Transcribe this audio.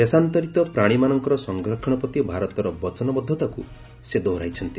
ଦେଶାନ୍ତରିତ ପ୍ରାଣୀମାନଙ୍କର ସଂରକ୍ଷଣ ପ୍ରତି ଭାରତର ବଚ୍ଚନବଦ୍ଧତାକୁ ସେ ଦୋହରାଇଛନ୍ତି